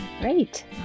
Great